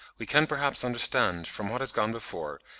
we can perhaps understand from what has gone before,